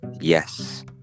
Yes